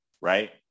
Right